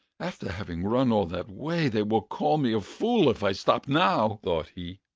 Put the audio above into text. after having run all that way they will call me a fool if i stop now, thought he.